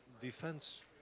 defense